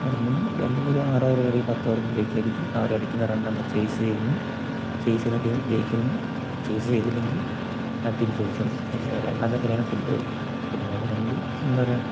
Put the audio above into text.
ഇറങ്ങുന്നു ഒര് രണ്ട് പേരും ആ ആറോവർ കളിയിൽ പത്ത് ഓവർ കളിയൊക്കെയായിരിക്കും അവരടിക്കുന്ന റണ്ണ് നമ്മൾ ചെയ്സ് ചെയ്യുന്നു ചെയ്സ് ചെയ്യുന്ന ടീം ജയിക്കുന്നു ചേസ് ചെയ്തില്ലെങ്കിൽ ആ ടീം തോൽക്കുന്നു അതേപോലെ രണ്ടാമത്തെ കളിയാണ് ഫുട്ബോൾ ഫുട്ബോളിൽ രണ്ട് എന്താ പറയുക